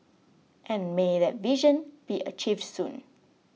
and may that vision be achieved soon